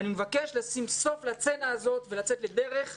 אני מבקש לשים סוף לסצנה הזאת ולצאת לדרך טובה.